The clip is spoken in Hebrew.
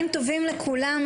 צוהריים טובים לכולם.